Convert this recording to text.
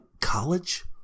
College